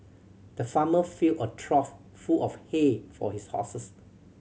the farmer filled a trough full of hay for his horses